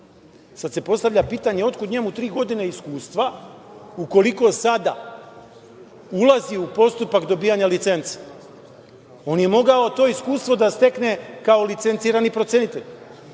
se postavlja pitanje, odakle njemu tri godine iskustva ukoliko sada ulazi u postupak dobijanja licence? On je mogao to iskustvo da stekne kao licencirani procenitelj.